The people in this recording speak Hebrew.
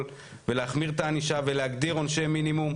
ולהחמיר את הענישה ולהגדיר עונשי מינימום,